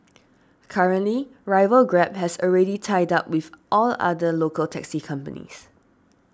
currently rival Grab has already tied up with all other local taxi companies